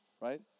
right